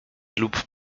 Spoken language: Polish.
lub